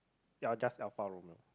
ya just Alfa-Romeo